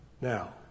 Now